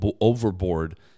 overboard